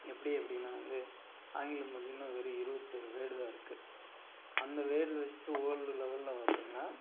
எப்படி அப்படின்னா வந்து ஆங்கிலம் பார்த்தீங்கன்னா வெறும் இருவத்தேழு வேர்டு தான் இருக்குது அந்த வேர்டு வச்சிட்டு வேல்டு லெவல்ல பார்த்தீங்கன்னா